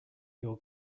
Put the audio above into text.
your